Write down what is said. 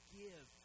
give